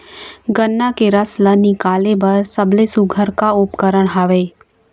गन्ना के रस ला निकाले बर सबले सुघ्घर का उपकरण हवए?